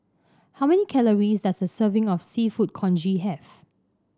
how many calories does a serving of seafood Congee have